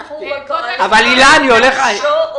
האם יש התקדמות לגבי השעות?